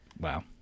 Wow